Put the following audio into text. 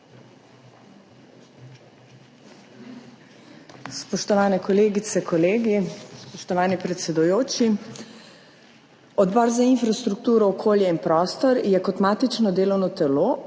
Spoštovani kolegice, kolegi, spoštovani predsedujoči! Odbor za infrastrukturo, okolje in prostor je kot matično delovno telo